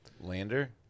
Lander